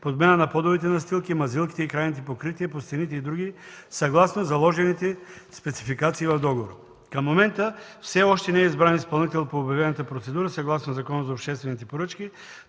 подмяна на подовите настилки, мазилките и крайните покрития по стените и други, съгласно заложените спецификации в договора. Към момента все още не е избран изпълнител по обявената процедура, съгласно Закона за обществените поръчки,